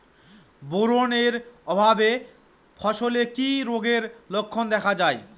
Boron এর অভাবে ফসলে কি রোগের লক্ষণ দেখা যায়?